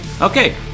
Okay